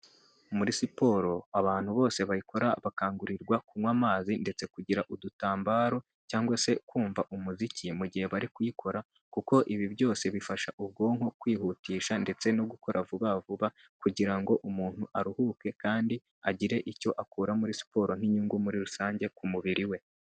Muri siporo abantu bose bayikora bakangurirwa kunywa amazi ndetse kugira udutambaro cyangwa se kumva umuziki mu gihe bari kuyikora kuko ibi byose bifasha ubwonko kwihutisha ndetse no gukora vuba vuba kugira ngo umuntu aruhuke kandi agire icyo akura muri siporo n'inyungu muri rusange ku mubiri we.